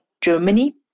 Germany